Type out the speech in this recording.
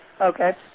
Okay